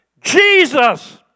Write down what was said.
Jesus